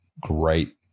great